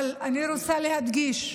אבל אני רוצה להדגיש: